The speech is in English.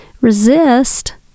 resist